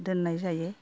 दोन्नाय जायो